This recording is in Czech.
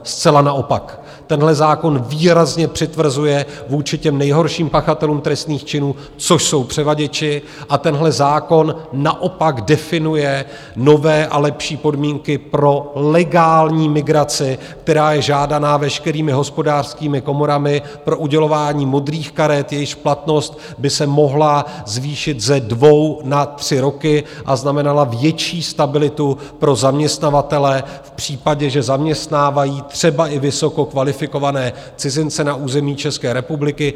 Zcela naopak, tenhle zákon výrazně přitvrzuje vůči těm nejhorším pachatelům trestných činů, což jsou převaděči, a tenhle zákon naopak definuje nové a lepší podmínky pro legální migraci, která je žádaná veškerými hospodářskými komorami pro udělování modrých karet, jejichž platnost by se mohla zvýšit ze dvou na tři roky a znamenala větší stabilitu pro zaměstnavatele v případě, že zaměstnávají třeba i vysoce kvalifikované cizince na území České republiky.